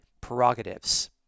prerogatives